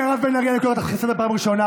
מירב בן ארי, אני קורא אותך לסדר פעם ראשונה.